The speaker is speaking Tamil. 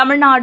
தமிழ்நாடு